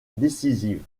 décisive